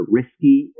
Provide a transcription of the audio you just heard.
risky